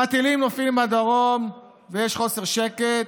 והטילים נופלים בדרום ויש חוסר שקט,